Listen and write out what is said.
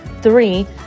three